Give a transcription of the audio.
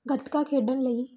ਗੱਤਕਾ ਖੇਡਣ ਲਈ